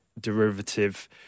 derivative